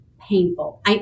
painful